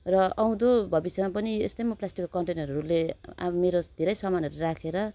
र आउँदो भविष्यमा पनि यस्तै प्लास्टिक कन्टेनरहरूले अब मेरो धेरै सामानहरू राखेर